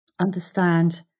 understand